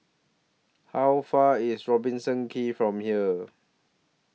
How Far IS Robertson Quay from here